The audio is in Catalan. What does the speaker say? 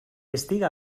estiga